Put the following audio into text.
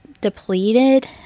depleted